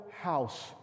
house